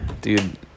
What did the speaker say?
Dude